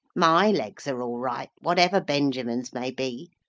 my legs are all right, whatever benjamin's may be.